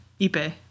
Ipe